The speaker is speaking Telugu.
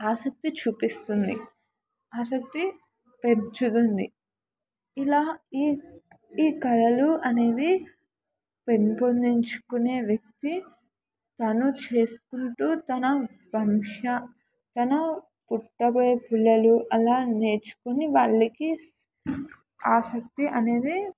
ఆసక్తి చూపిస్తుంది ఆసక్తి పెచుతుంది ఇలా ఈ ఈ కళలు అనేవి పెంపొందించుకునే వ్యక్తి తను చేసుకుంటూ తన వంశ తన పుట్టబోయే పిల్లలు అలా నేర్చుకుొని వాళ్ళకి ఆసక్తి అనేది